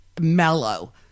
mellow